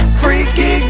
freaky